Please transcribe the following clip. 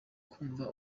kumva